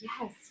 Yes